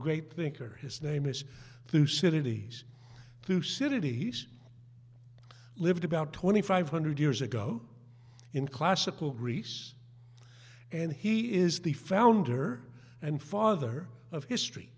great thinker his name is through cities through city he's lived about twenty five hundred years ago in classical greece and he is the founder and father of history